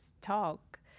talk